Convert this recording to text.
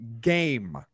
game